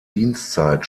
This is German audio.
dienstzeit